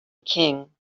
king